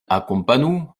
akompanu